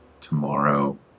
tomorrow